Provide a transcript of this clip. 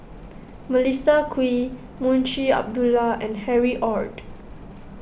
Melissa Kwee Munshi Abdullah and Harry Ord